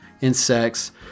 insects